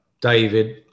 David